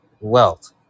wealth